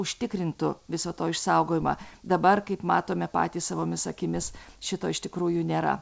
užtikrintų viso to išsaugojimą dabar kaip matome patys savomis akimis šito iš tikrųjų nėra